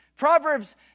Proverbs